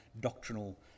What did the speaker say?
doctrinal